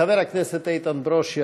חבר הכנסת איתן ברושי,